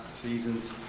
seasons